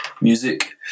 music